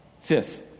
Fifth